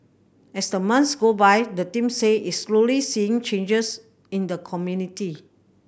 as the months go by the team say it's slowly seeing changes in the community